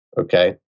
Okay